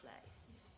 place